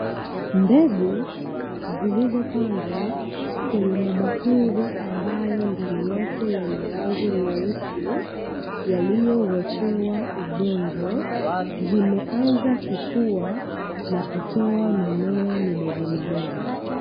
Mbegu zilizopandwa kwenye mabakuli ambayo ndani yake yana rangi nyeusi, yaliyowekewa udongo, zimeanza kukua na kutoa mimea midogo midogo.